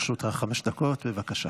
לרשותך חמש דקות, בבקשה.